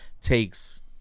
takes